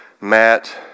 Matt